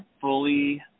fully